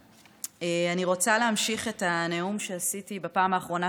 אני רוצה להמשיך את הנאום שנאמתי בפעם האחרונה,